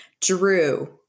Drew